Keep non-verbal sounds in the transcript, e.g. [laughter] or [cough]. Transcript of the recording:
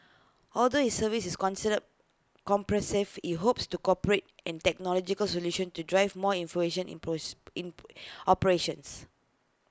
although his service is considered comprehensive he hopes to corporate and technological solutions to drive more innovation in [unintelligible] in operations